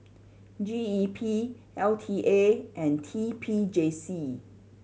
G E P L T A and T P J C